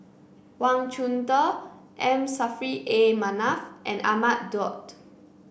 Wang Chunde M Saffri A Manaf and Ahmad Daud